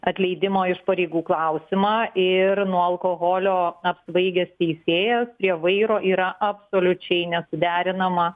atleidimo iš pareigų klausimą ir nuo alkoholio apsvaigęs teisėjas prie vairo yra absoliučiai nesuderinama